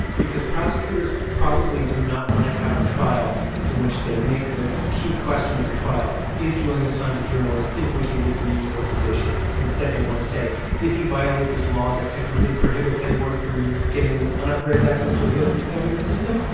because prosecutors probably do not want to have a trial in which they make the key question of the trial is julian assange a journalist? is wikileaks a media organization? instead, they want to say did he violate this law that technically prohibits anyone from getting unauthorized access to a u s. government system?